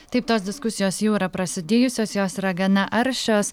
taip tos diskusijos jau yra prasidėjusios jos yra gana aršios